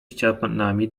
ścianami